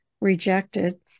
rejected